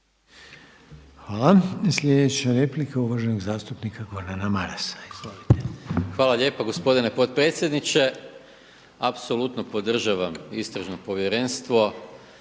Hvala. Sljedeća replika uvaženog zastupnika Gordana Marasa. Izvolite. **Maras, Gordan (SDP)** Hvala lijepo gospodine potpredsjedniče. Apsolutno podržavam istražno povjerenstvo